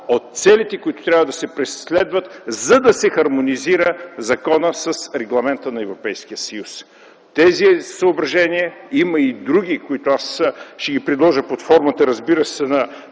от целите, които трябва да се преследват, за да се хармонизира законът с регламента на Европейския съюз. Тези съображения, има и други, които аз ще предложа под формата на промени